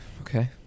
Okay